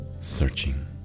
searching